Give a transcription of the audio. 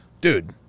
Dude